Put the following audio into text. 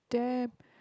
damn